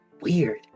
weird